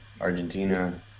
Argentina